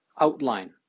outline